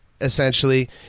essentially